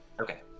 Okay